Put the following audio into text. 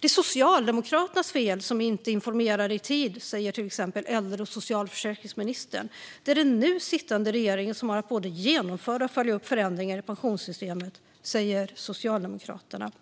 Det är Socialdemokraternas fel som inte informerade i tid, säger till exempel äldre och socialförsäkringsministern. Det är den sittande regeringen som har att både genomföra och följa upp förändringar i pensionssystemet, säger Socialdemokraterna.